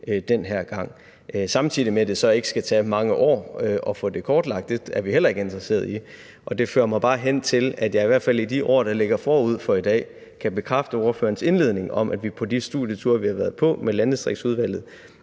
den her gang, samtidig med at det så ikke skal tage mange år at få det kortlagt. Det er vi heller ikke interesseret i. Og det fører mig bare hen til, at jeg i hvert fald i forhold til de år, der ligger forud for i dag, kan bekræfte ordførerens indledning om, at vi på de studieture, vi har været på med Landdistriktsudvalget